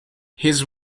his